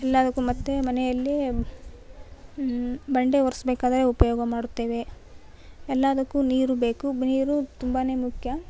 ಎಲ್ಲದಕ್ಕು ಮತ್ತೆ ಮನೆಯಲ್ಲಿ ಬಾಂಡೆ ಒರ್ಸ್ಬೇಕಾದ್ರೆ ಉಪಯೋಗ ಮಾಡುತ್ತೇವೆ ಎಲ್ಲದಕ್ಕು ನೀರು ಬೇಕು ನೀರು ತುಂಬಾ ಮುಖ್ಯ